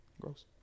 Gross